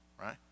right